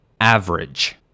average